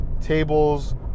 Tables